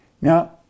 Now